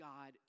God